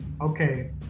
okay